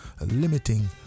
limiting